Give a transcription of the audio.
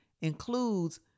includes